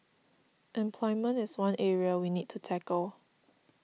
employment is one area we need to tackle